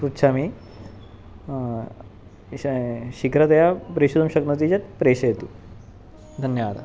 पृच्छामि शीघ्रतया प्रेषयितुं शक्नोति चेत् प्रेषयतु धन्यवादः